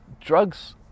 drugs